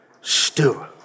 stew